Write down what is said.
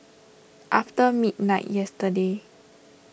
after midnight yesterday